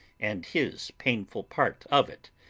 and his painful part of it.